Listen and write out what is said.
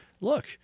look